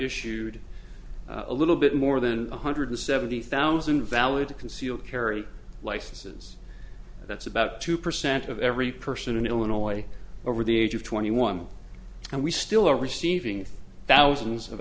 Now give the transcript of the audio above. issued a little bit more than one hundred seventy thousand valid concealed carry license that's about two percent of every person in illinois over the age of twenty one and we still are receiving thousands of